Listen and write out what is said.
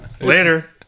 Later